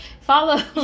Follow